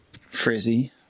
frizzy